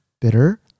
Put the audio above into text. bitter